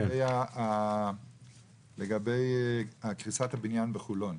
לגבי קריסת הבניין בחולון.